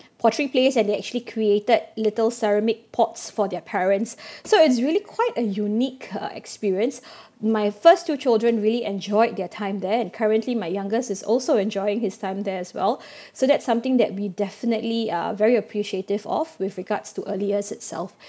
pottery place and they actually created little ceramic pots for their parents so it's really quite a unique uh experience my first two children really enjoyed their time there and currently my youngest is also enjoying his time there as well so that's something that we definitely are very appreciative of with regards to early years itself